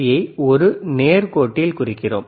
யை ஒரு நேர் கோட்டில் குறிக்கிறோம்